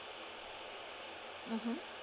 mmhmm